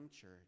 church